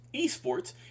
eSports